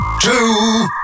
two